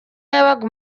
yabaga